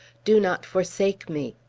do not forsake me!